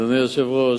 אדוני היושב-ראש,